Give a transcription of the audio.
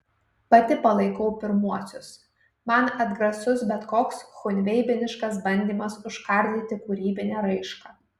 pati palaikau pirmuosius man atgrasus bet koks chunveibiniškas bandymas užkardyti kūrybinę raišką